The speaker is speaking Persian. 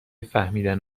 فهمیدن